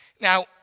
Now